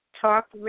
Talk